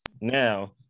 now